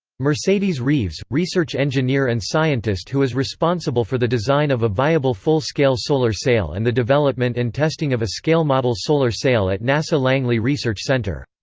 mercedes reaves, research engineer and scientist who is responsible for the design of a viable full-scale solar sail and the development and testing of a scale model solar sail at nasa langley research center.